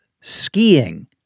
skiing